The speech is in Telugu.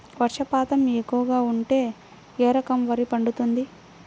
వర్షపాతం ఎక్కువగా ఉంటే ఏ రకం వరి పండుతుంది?